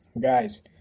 Guys